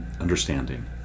understanding